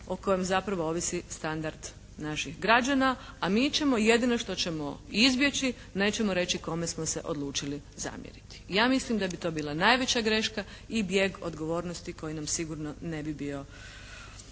o kojem zapravo ovisi standard naših građana. A mi ćemo jedino što ćemo izbjeći, nećemo reći kome smo se odlučili zamjeriti. Ja mislim da bi to bila najveća greška i bijeg odgovornosti koji nam sigurno ne bi bio,